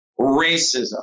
racism